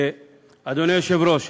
אדוני היושב-ראש,